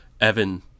Evan